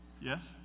Yes